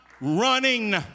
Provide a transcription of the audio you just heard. running